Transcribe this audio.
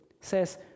says